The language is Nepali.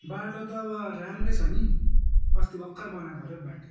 बाटो त अब राम्रै छ नि अस्ति भर्खर बनाएको अरे हौ बाटो